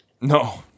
no